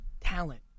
talent